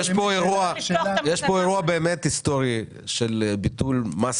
יש פה אירוע באמת היסטורי של ביטול מס